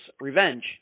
revenge